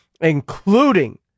including